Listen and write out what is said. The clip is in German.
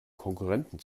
konkurrenten